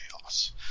Chaos